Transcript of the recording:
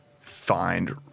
find